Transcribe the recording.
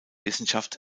wissenschaft